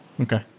okay